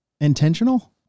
intentional